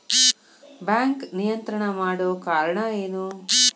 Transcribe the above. Bank ನಿಯಂತ್ರಣ ಮಾಡೊ ಕಾರ್ಣಾ ಎನು?